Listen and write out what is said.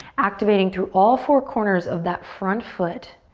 activating through all four corners of that front foot.